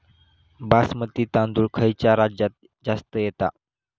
बासमती तांदूळ खयच्या राज्यात जास्त येता?